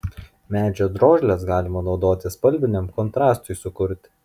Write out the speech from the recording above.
medžio drožles galima naudoti spalviniam kontrastui sukurti